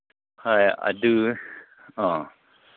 ꯍꯣꯏ ꯑꯗꯨ ꯑꯣ